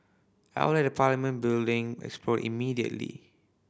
I will let the Parliament building explode immediately